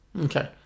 Okay